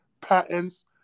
patents